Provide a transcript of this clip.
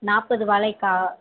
நாற்பது வாழைக்காய்